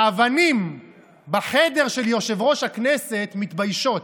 האבנים בחדר של יושב-ראש הכנסת מתביישות.